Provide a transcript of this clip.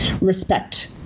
respect